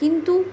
কিন্তু